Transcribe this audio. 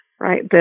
right